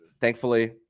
thankfully